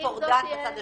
טורדן בצד השני.